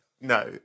No